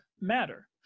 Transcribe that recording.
matter